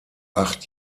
acht